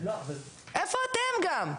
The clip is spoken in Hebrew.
איפה אתם גם,